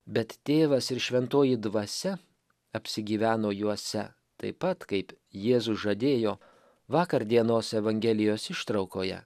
bet tėvas ir šventoji dvasia apsigyveno juose taip pat kaip jėzus žadėjo vakar dienos evangelijos ištraukoje